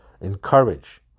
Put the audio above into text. encourage